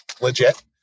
legit